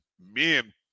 men